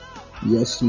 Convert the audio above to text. Yes